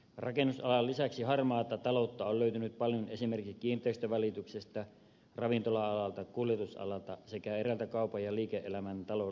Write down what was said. rakennusalan lisäksi harmaata taloutta on löytynyt paljon esimerkiksi kiinteistönvälityksestä ravintola alalta kuljetusalalta sekä eräiltä kaupan ja liike elämän palveluiden aloilta